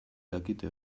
dakite